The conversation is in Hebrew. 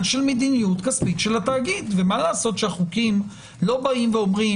של מדיניות כספית של התאגיד ומה לעשות שהחוקים לא אומרים: